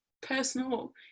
personal